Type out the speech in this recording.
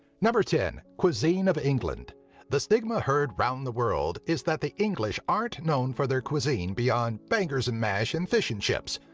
ten. cuisine of england the stigma heard round the world is that the english aren't known for their cuisine beyond bangers and mash and fish and chips,